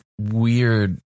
weird